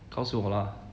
告诉我 lah